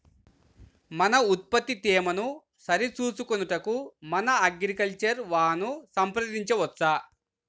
మన ఉత్పత్తి తేమను సరిచూచుకొనుటకు మన అగ్రికల్చర్ వా ను సంప్రదించవచ్చా?